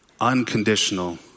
unconditional